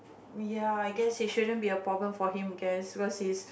ya I guess it shouldn't be a problem for him I guess cause he's